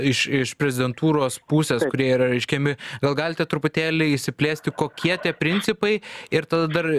iš iš prezidentūros pusės kurie yra reiškiami gal galite truputėlį išsiplėsti kokie tie principai ir tada dar